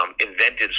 invented